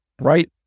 right